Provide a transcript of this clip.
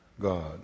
God